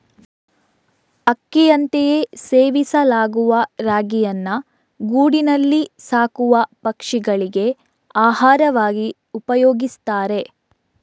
ಅಕ್ಕಿಯಂತೆಯೇ ಸೇವಿಸಲಾಗುವ ರಾಗಿಯನ್ನ ಗೂಡಿನಲ್ಲಿ ಸಾಕುವ ಪಕ್ಷಿಗಳಿಗೆ ಆಹಾರವಾಗಿ ಉಪಯೋಗಿಸ್ತಾರೆ